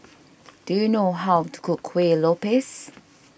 do you know how to cook Kueh Lopes